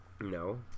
No